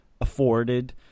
afforded